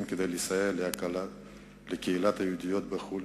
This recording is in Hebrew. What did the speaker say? כדי לסייע לקהילות היהודיות בחוץ-לארץ,